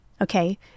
okay